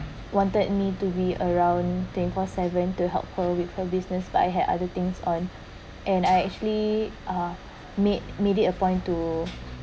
wanted me to be around twenty four seven to help her with her business but I had other things on and I actually uh made made it a point to